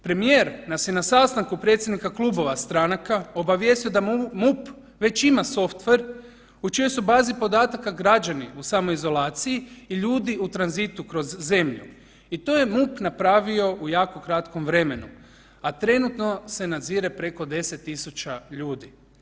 Premijer nas je na sastanku predsjednika klubova stranaka obavijestio da MUP već ima softver u čijoj su bazi podataka građani u samoizolaciji i ljudi u tranzitu kroz zemlju i to je MUP napravio u jako kratkom vremenu, a trenutno se nadzire preko 10.000 ljudi.